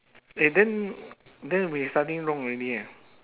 eh then then we something wrong already eh